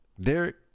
Derek